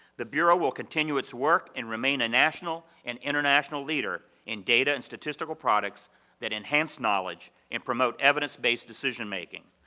the bureau will continue its work and remain a national and international leader in data and statistical products that enhance knowledge and promote evidence-based decision-making.